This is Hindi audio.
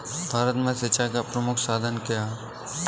भारत में सिंचाई का प्रमुख साधन क्या है?